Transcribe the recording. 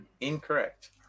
incorrect